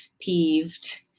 peeved